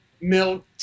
milk